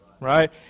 right